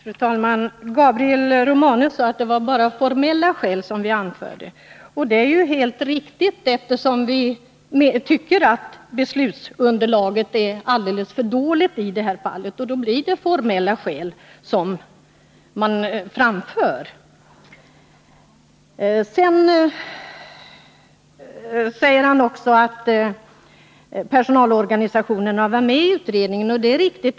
Fru talman! Gabriel Romanus sade att det bara var formella skäl som vi anförde, och det är helt riktigt. Det har vi gjort, eftersom vi tycker att beslutsunderlaget är alldeles för dåligt i det här fallet. Då blir det formella skäl som man anför. Sedan säger han också att personalorganisationerna var med i utredningen. Det är riktigt.